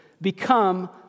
become